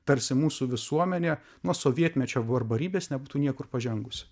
tarsi mūsų visuomenė nuo sovietmečio barbarybės nebūtų niekur pažengusi